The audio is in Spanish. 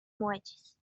muelles